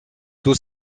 tous